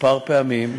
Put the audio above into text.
כמה פעמים: